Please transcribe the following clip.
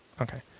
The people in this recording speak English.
okay